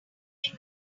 wrong